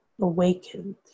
awakened